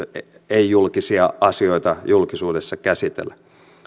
ei julkisia asioita julkisuudessa käsitellä